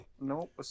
Nope